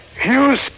Hughes